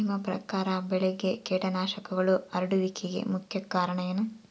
ನಿಮ್ಮ ಪ್ರಕಾರ ಬೆಳೆಗೆ ಕೇಟನಾಶಕಗಳು ಹರಡುವಿಕೆಗೆ ಮುಖ್ಯ ಕಾರಣ ಏನು?